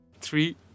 Three